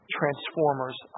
transformers